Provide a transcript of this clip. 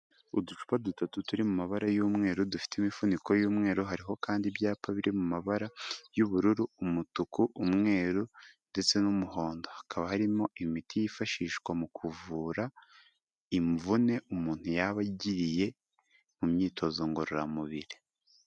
Uducupa dutatu turi mu mabara y'umweru dufite imifuniko y'umweru, hari kandi ibyapa biri mu mabara y'ubururu, umutuku, umweru ndetse n'umuhondo. Hakaba harimo imiti yifashishwa mu kuvura imvune umuntu yaba agiriye mu myitozo ngororamubiri.